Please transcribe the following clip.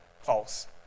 false